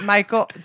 Michael